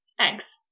Eggs